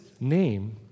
name